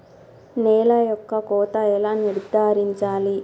నేల యొక్క కోత ఎలా నిర్ధారించాలి?